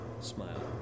smile